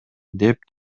деп